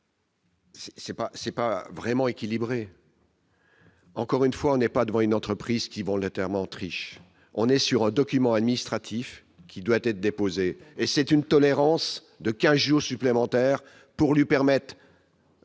c'est pas vraiment équilibré. Encore une fois n'est pas devant une entreprise qui vont les termes en trichant, on est sur un document administratif, qui doit être déposé et c'est une tolérance de 15 jours supplémentaires pour lui permettent.